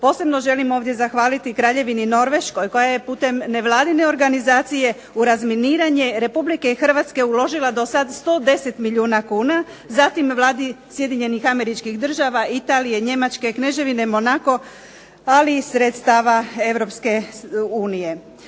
Posebno želim ovdje zahvaliti Kraljevini Norveškoj koja je putem nevladine organizacije u razminiranje Republike Hrvatske uložila dosad 110 milijuna kuna, zatim Vladi Sjedinjenih Američkih Država, Italije, Njemačke, Kneževine Monako, ali i sredstava Europske unije.